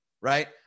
right